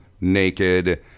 naked